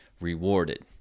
rewarded